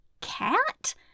cat